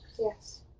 Yes